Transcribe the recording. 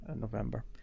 November